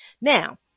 Now